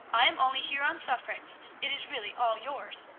i am only here on sufferance it is really all yours.